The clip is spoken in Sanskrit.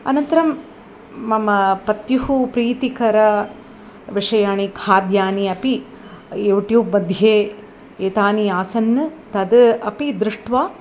अनन्तरं मम पत्युः प्रीतिकर विषयाणि खाद्यानि अपि युट्युब्मध्ये एतानि आसन् तद् अपि दृष्ट्वा